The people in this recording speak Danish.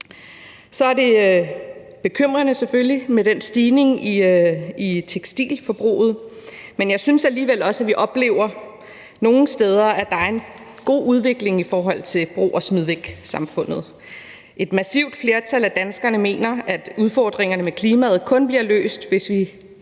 bekymrende med den stigning i tekstilforbruget, der er, men jeg synes alligevel også, at vi nogle steder oplever, at der er en god udvikling i forhold til brug og smid væk-samfundet. Et massivt flertal af danskerne mener, at udfordringerne med klimaet kun bliver løst, hvis vi